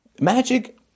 Magic